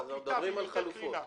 אנחנו מדברים על חלופות.